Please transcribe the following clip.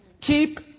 Keep